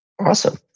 Awesome